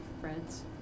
friends